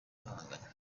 bahanganye